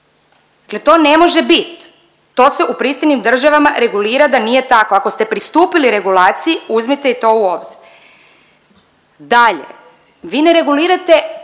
dakle to ne može bit, to se u pristojnim državama regulira da nije tako, ako ste pristupili regulaciji uzmite i to u obzir. Dalje, vi ne regulirate